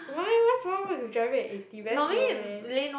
why what's wrong with driving at eighty very slow meh